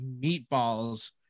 meatballs